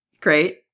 great